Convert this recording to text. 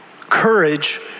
Courage